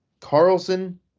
Carlson